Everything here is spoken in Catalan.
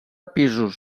pisos